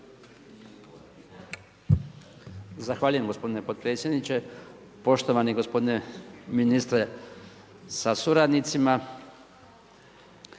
Zahvaljujem gospodine potpredsjedniče, poštovani gospodine ministre sa suradnicima.